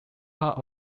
part